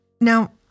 Now